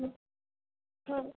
હં